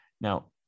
Now